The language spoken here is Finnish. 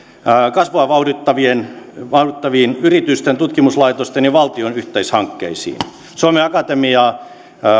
kasvua vauhdittaviin vauhdittaviin yritysten tutkimuslaitosten ja valtion yhteishankkeisiin suomen akatemiaa